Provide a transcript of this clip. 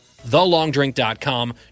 TheLongDrink.com